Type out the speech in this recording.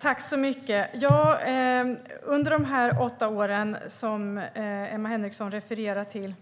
Fru talman! Under de åtta år som Emma Henriksson refererar till